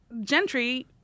Gentry